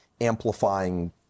amplifying